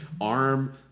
arm